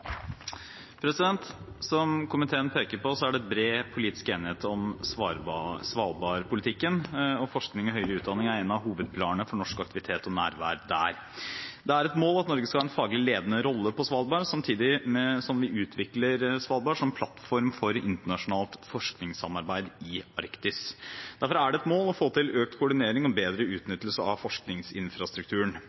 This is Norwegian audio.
forsking. Som komiteen peker på, er det bred politisk enighet om svalbardpolitikken, og forskning og høyere utdanning er en av hovedpilarene for norsk aktivitet og nærvær der. Det er et mål at Norge skal ha en faglig ledende rolle på Svalbard, samtidig som vi utvikler Svalbard som plattform for internasjonalt forskningssamarbeid i Arktis. Derfor er det et mål å få til økt koordinering og bedre utnyttelse av forskningsinfrastrukturen.